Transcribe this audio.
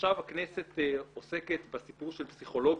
עכשיו הכנסת עוסקת בסיפור של פסיכולוגים.